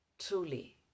Truly